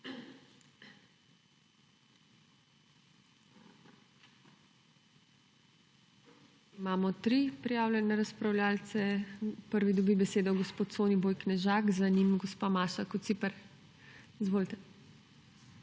Imamo tri prijavljene razpravljavce. Prvi dobi besedo gospod Soniboj Knežak, za njim gospa Maša Kociper. Izvolite.